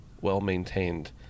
well-maintained